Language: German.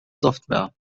software